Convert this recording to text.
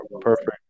perfect